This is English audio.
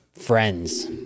Friends